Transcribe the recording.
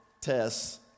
tests